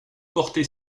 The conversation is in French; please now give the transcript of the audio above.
porter